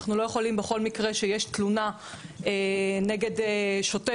אנחנו לא יכולים בכל מקרה שיש תלונה נגד שוטר,